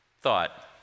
thought